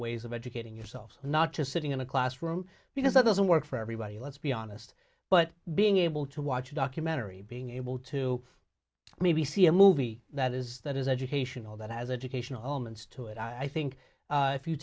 ways of educating yourself not just sitting in a classroom because that doesn't work for everybody let's be honest but being able to watch a documentary being able to maybe see a movie that is that is educational that has educational moments to it i think if you